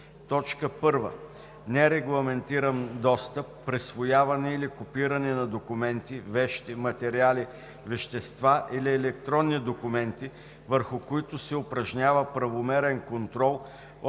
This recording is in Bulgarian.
чрез: 1. нерегламентиран достъп, присвояване или копиране на документи, вещи, материали, вещества или електронни документи, върху които се упражнява правомерен контрол от